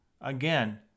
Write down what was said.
Again